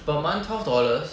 per month twelve dollars